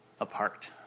apart